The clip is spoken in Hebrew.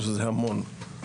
שזה המון,